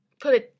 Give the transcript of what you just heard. put